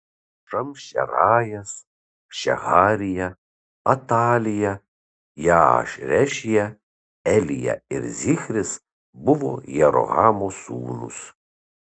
šamšerajas šeharija atalija jaarešija elija ir zichris buvo jerohamo sūnūs